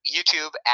YouTube